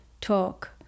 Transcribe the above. Talk